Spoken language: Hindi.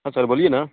हाँ सर बोलिए ना